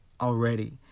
already